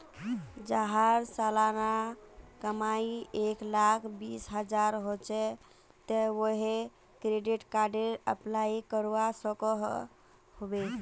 जहार सालाना कमाई एक लाख बीस हजार होचे ते वाहें क्रेडिट कार्डेर अप्लाई करवा सकोहो होबे?